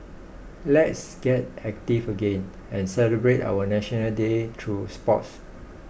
let's get active again and celebrate our National Day through sports